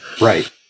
Right